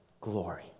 glory